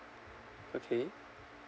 okay